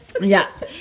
Yes